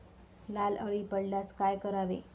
लाल अळी पडल्यास काय करावे?